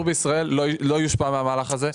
ומשקי הבית בישראל לא יושפע מהמהלך הזה.